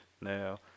Now